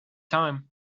time